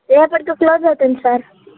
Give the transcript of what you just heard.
రేపటితో క్లోజ్ అవుతుంది సార్